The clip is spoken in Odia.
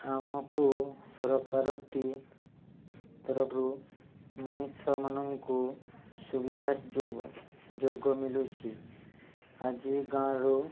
ଆମକୁ ସରକାରଟି ତରଫରୁ ମଣିଷମାନଙ୍କୁ ସୁବିଧା ସୁଯୋଗ ଯୋଗ ମିଳୁଛି ଆଜି ଗାଁରୁ